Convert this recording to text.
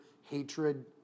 hatred